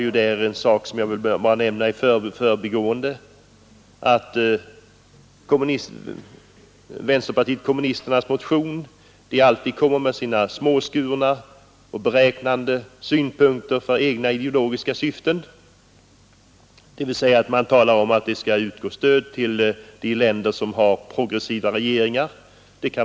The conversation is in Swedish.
Jag vill i förbigående nämna vänsterpartiet kommunisternas motion. Kommunisterna kommer alltid med småskurna och beräknande synpunkter, framförda för egna ideologiska syften. De talar om att det skall utgå stöd till länder med progressiva regeringar.